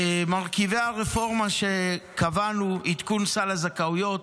מרכיבי הרפורמה שקבענו: עדכון סל הזכאויות,